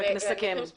רק נסכם.